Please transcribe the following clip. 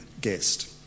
guest